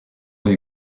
les